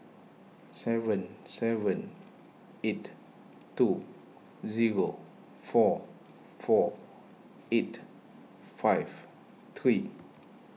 seven seven eight two zero four four eight five three